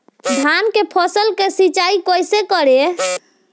धान के फसल का सिंचाई कैसे करे?